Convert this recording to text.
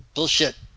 Bullshit